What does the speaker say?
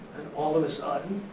all of the sudden,